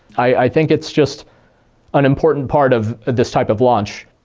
i think it's just an important part of this type of launch.